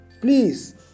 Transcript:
Please